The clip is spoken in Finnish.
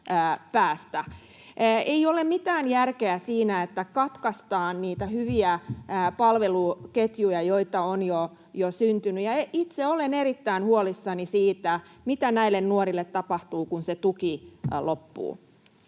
Ei ole mitään järkeä siinä, että katkaistaan niitä hyviä palveluketjuja, joita on jo syntynyt. Itse olen erittäin huolissani siitä, mitä näille nuorille tapahtuu, kun se tuki loppuu.